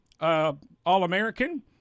All-American